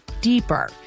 deeper